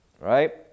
right